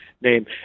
name